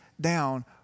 down